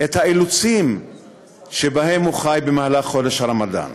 את האילוצים שבהם הם חיים בחודש הרמדאן.